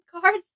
cards